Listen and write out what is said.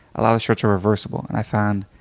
ah the shirts are reversible. and i found,